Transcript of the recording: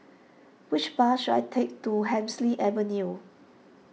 which bus should I take to Hemsley Avenue